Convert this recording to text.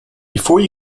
before